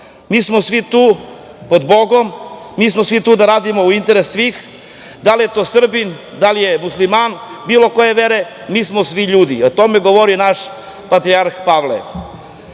smo svi tu pod Bogom, mi smo svi tu da radimo u interesu svih, da li je to Srbin, da li je musliman, bilo koje vere. Mi smo svi ljudi. O tome je govorio naš patrijarh Pavle. Jedna